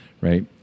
right